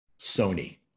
Sony